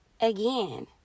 Again